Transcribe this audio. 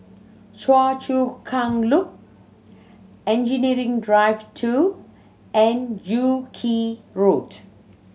Choa Chu Kang Loop Engineering Drive Two and Joo Yee Road